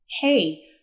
Hey